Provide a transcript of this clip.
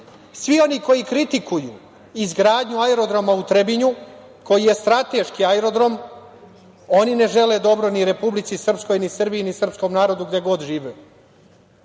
oni koji kritikuju izgradnju aerodroma u Trebinju, koji je strateški aerodrom, oni ne žele dobro ni Republici Srpskoj, ni Srbiji, ni srpskom narodu gde god živeo. Ja